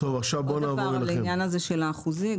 עוד דבר לעניין הזה של האחוזי,